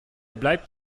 bleibt